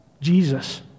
Jesus